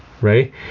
right